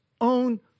own